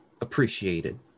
appreciated